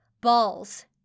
Balls